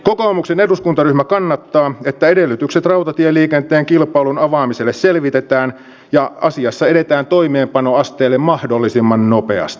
kokoomuksen eduskuntaryhmä kannattaa että edellytykset rautatieliikenteen kilpailun avaamiselle selvitetään ja asiassa edetään toimeenpanoasteelle mahdollisimman nopeasti